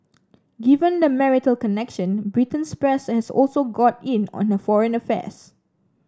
given the marital connection Britain's press has also got in on her foreign affairs